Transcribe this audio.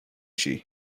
she